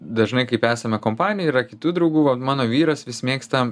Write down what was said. dažnai kaip esame kompanijoj yra kitų draugų va mano vyras vis mėgsta